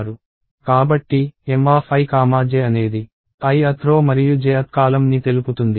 కాబట్టి Mij అనేది ith రో మరియు jth కాలమ్ ని తెలుపుతుంది